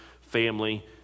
family